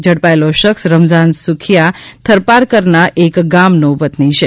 ઝડપાયેલો શખ્સ રમઝાન સુખીયા થરપારકરના એક ગામનો વતની છે